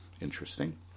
Interesting